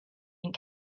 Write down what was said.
and